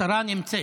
השרה נמצאת.